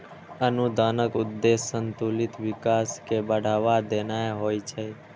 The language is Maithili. अनुदानक उद्देश्य संतुलित विकास कें बढ़ावा देनाय होइ छै